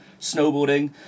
snowboarding